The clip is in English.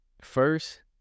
first